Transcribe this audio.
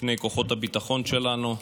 בפני כוחות הביטחון שלנו,